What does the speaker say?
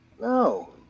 no